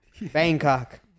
Bangkok